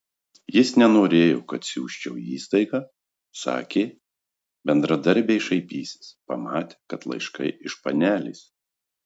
jis nenorėjo kad siųsčiau į įstaigą sakė bendradarbiai šaipysis pamatę kad laiškai iš panelės